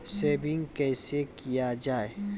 Saving कैसै किया जाय?